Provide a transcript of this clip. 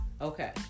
Okay